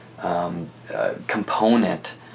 Component